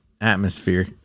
atmosphere